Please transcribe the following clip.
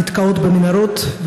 נתקעות במנהרות,